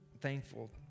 thankful